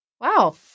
wow